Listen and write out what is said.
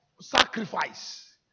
Sacrifice